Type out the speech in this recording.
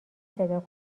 صدا